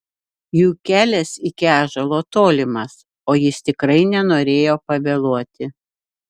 juk kelias iki ąžuolo tolimas o jis tikrai nenorėjo pavėluoti